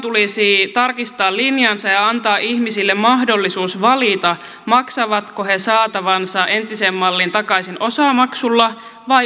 kelan tulisi tarkistaa linjansa ja antaa ihmisille mahdollisuus valita maksavatko he saatavansa entiseen malliin takaisin osamaksulla vai ulosoton kautta